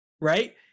Right